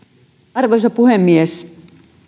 arvoisa puhemies